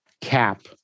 Cap